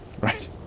Right